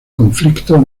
conflicto